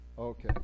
okay